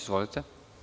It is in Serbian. Izvolite.